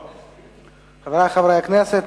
חברי חברי הכנסת,